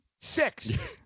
six